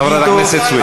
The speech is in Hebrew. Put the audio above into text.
חברת הכנסת סויד.